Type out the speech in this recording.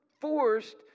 forced